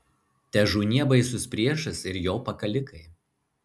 težūnie baisus priešas ir jo pakalikai